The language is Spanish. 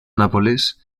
nápoles